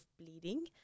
bleeding